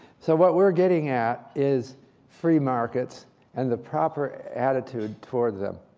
so what we're getting at is free markets and the proper attitude towards them.